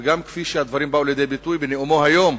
וגם כפי שהדברים באו לידי ביטוי בנאומו היום,